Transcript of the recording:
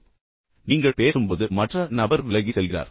எனவே நீங்கள் பேசும்போது மற்ற நபர் விலகிச் செல்கிறார்